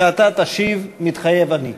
ואתה תשיב "מתחייב אני",